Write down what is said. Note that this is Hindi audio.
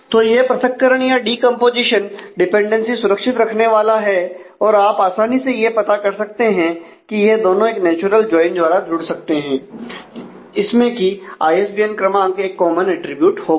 तो यह पृथक्करण या डीकंपोजीशन द्वारा जुड़ सकते हैं इसमें की आईएसबीएन क्रमांक एक कॉमन अटरीब्यूट होगा